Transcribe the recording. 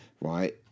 right